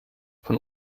von